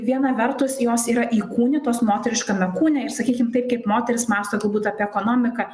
viena vertus jos yra įkūnytos moteriškame kūne ir sakykim taip kaip moterys mąsto galbūt apie ekonomiką